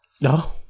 no